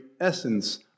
essence